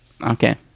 Okay